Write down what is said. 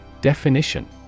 Definition